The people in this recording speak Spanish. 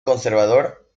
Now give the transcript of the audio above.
conservador